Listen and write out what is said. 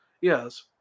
yes